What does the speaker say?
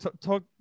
talk